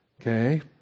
Okay